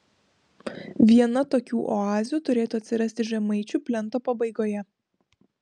viena tokių oazių turėtų atsirasti žemaičių plento pabaigoje